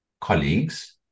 colleagues